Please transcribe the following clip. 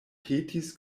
petis